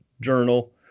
journal